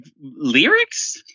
Lyrics